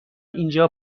اینجا